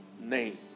name